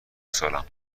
سالم